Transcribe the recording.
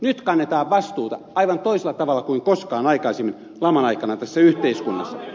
nyt kannetaan vastuuta aivan toisella tavalla kuin koskaan aikaisemmin laman aikana tässä yhteiskunnassa